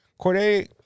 Cordae